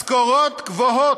משכורות גבוהות.